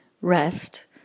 rest